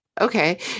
okay